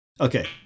Okay